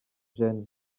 gen